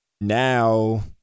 Now